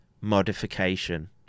modification